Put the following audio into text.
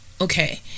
Okay